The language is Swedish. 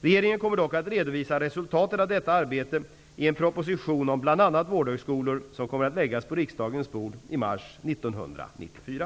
Regeringen kommer dock att redovisa resultatet av detta arbete i den proposition om bl.a. vårdhögskolor som kommer att läggas på riksdagens bord i mars 1994.